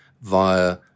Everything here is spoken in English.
via